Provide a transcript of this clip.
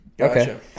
Okay